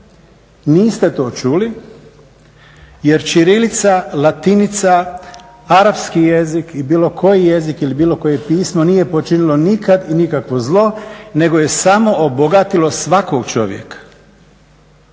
Niste to čuli jer ćirilica, latinica, arapski jezik ili bilo koji jezik ili bilo koje pismo nije počinilo nikad i nikakvo zlo nego je samo obogatilo svakog čovjeka.